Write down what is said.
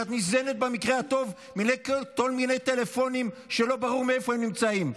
את ניזונה במקרה הטוב מכל מיני טלפונים שלא ברור איפה הם נמצאים.